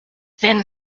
then